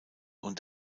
und